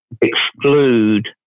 exclude